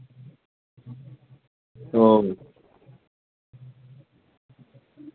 ও